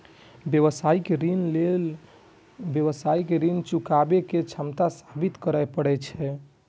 व्यावसायिक ऋण लेबय लेल व्यवसायी कें ऋण चुकाबै के क्षमता साबित करय पड़ै छै